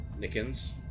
Nickens